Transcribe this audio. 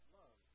love